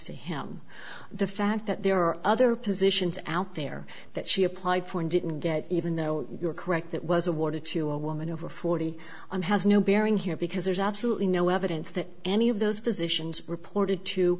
to him the fact that there are other positions out there that she applied for and didn't get even though you're correct that was awarded to a woman over forty and has no bearing here because there's absolutely no evidence that any of those positions reported